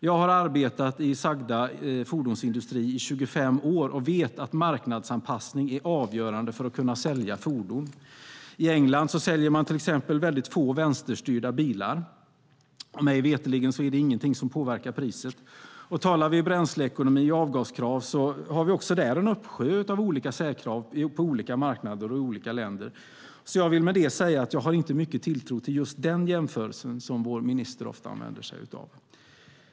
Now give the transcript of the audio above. Jag har arbetat i sagda fordonsindustri i 25 år och vet att marknadsanpassning är avgörande för att kunna sälja fordon. I England säljer man exempelvis få vänsterstyrda bilar, och mig veterligen är det inget som påverkar priset. Om vi talar om bränsleekonomi och avgaskrav har vi en uppsjö av särkrav också på marknaderna i olika länder. Med det vill jag säga att jag inte har mycket tilltro till den jämförelsen, som vår minister ofta använder sig av.